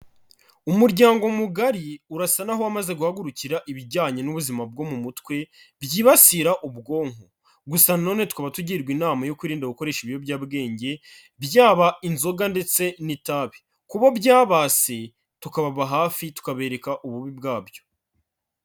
Umuryango mugari urasa n'aho wamaze guhagurukira ibijyanye n'ubuzima bwo mu mutwe byibasira ubwonko, gusa nanone tukaba tugirwa inama yo kwirinda gukoresha ibiyobyabwenge byaba inzoga ndetse n'itabi, ku bo byabase tukababa hafi tukabereka ububi bwabyo.